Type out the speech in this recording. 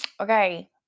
okay